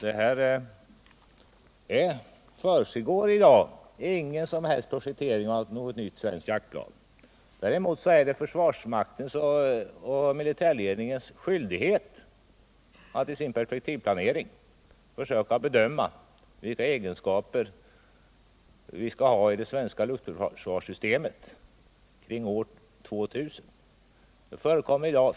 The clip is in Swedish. I dag försiggår ingen som helst projektering av ett nytt svenskt jaktplan. Däremot är det försvarsmaktens och militärledningens skyldighet att i sin planering försöka bedöma vilka egenskaper vi skall ha i det svenska luftförsvarssystemet kring år 2000.